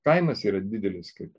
kaimas yra didelis kaip